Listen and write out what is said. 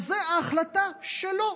אז ההחלטה שלו,